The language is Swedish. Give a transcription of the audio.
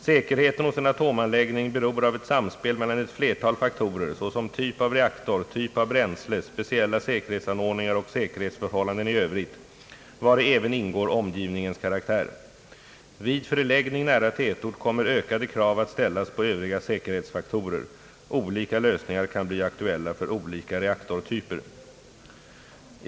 Säkerheten hos en atomanläggning beror av ett samspel mellan ett flertal faktorer, såsom typ av reaktor, typ av bränsle, speciella säkerhetsanordningar och säkerhetsförhållanden i övrigt, vari även ingår omgivningens karaktär. Vid förläggning nära tätort kommer ökade krav att ställas på övriga säkerhetsfaktorer. Olika lösningar kan bli aktuella för olika reaktortyper.